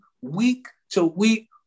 week-to-week